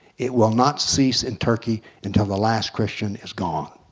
it will not cease in turkey until the last christian is gone.